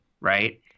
right